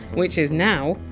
which is now!